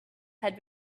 had